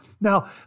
Now